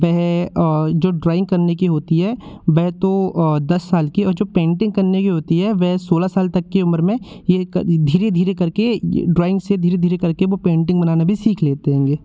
वह जो ड्रॉइंग करने की होती है वह तो दस साल की और जो पेंटिंग करने की होती है वह सोलह साल तक की उम्र में यह धीरे धीरे करके ये ड्राइंग से धीरे धीरे करके वो पेंटिंग बनाना भी सीख लेते होंगे